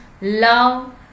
love